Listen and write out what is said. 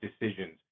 decisions